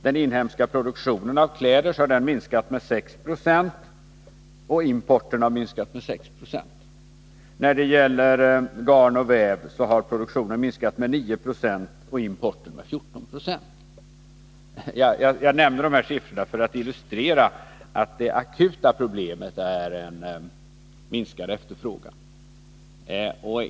Den inhemska produktionen av kläder har minskat med 6 Ze, och importen har minskat med 6 26. När det gäller garn och väv har produktionen minskat med 9 26 och importen med 14 96. Jag nämner dessa siffror för att illustrera att det akuta problemet är en minskad efterfrågan.